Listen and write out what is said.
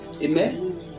Amen